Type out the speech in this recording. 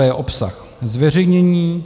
b) obsah zveřejnění,